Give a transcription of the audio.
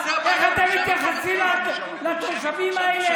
איך אתם מתייחסים לתושבים האלה,